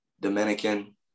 Dominican